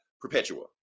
perpetua